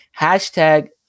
Hashtag